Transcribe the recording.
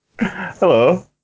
Hello